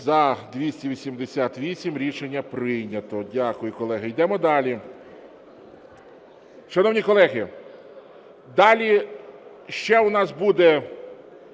За-288 Рішення прийнято. Дякую, колеги. Ідемо далі. Шановні колеги, далі ще у нас буде